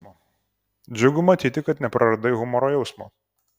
džiugu matyti kad nepraradai humoro jausmo